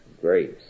grace